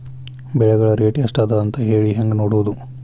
ಬೆಳೆಗಳ ರೇಟ್ ಎಷ್ಟ ಅದ ಅಂತ ಹೇಳಿ ಹೆಂಗ್ ನೋಡುವುದು?